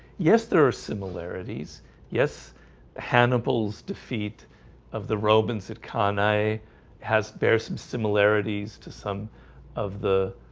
yes. there are similarities yes hannibal's defeat of the romans that can i has bears some similarities to some of the